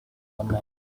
night